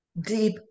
deep